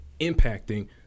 impacting